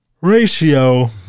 ratio